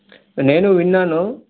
నేను విన్నాను